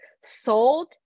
sold